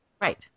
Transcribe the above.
right